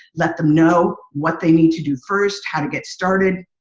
let them know what they need to do first, how to get started.